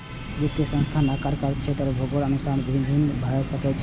वित्तीय संस्थान आकार, कार्यक्षेत्र आ भूगोलक अनुसार भिन्न भिन्न भए सकै छै